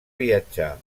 viatjar